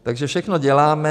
Takže všechno děláme.